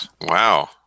Wow